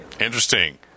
Interesting